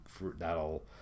that'll